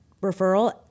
referral